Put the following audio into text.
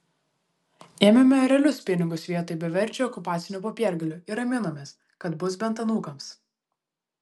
ėmėme realius pinigus vietoj beverčių okupacinių popiergalių ir raminomės kad bus bent anūkams